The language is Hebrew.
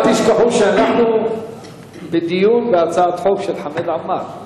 אל תשכחו שאנחנו בדיון בהצעת חוק של חמד עמאר.